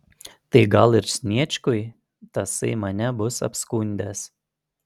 tai gal ir sniečkui tasai mane bus apskundęs